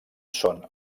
són